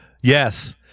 yes